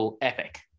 epic